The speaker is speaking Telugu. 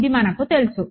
ఇది మాకు తెలుసు